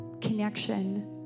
connection